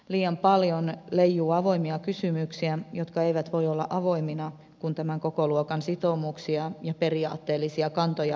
liian paljon leijuu avoimia kysymyksiä jotka eivät voi olla avoimina kun tämän kokoluokan sitoumuksia ja periaatteellisia kantoja lyödään lukkoon